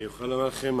אני יכול לומר לכם,